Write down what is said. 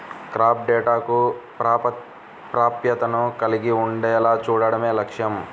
crop డేటాకు ప్రాప్యతను కలిగి ఉండేలా చూడడమే లక్ష్యం